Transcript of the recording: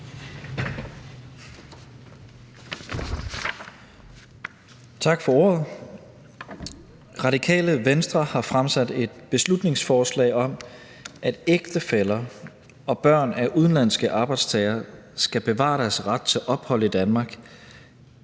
Tak for ordet. Radikale Venstre har fremsat et beslutningsforslag om, at ægtefæller og børn af udenlandske arbejdstagere skal bevare deres ret til ophold i Danmark,